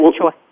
choice